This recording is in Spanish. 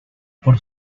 por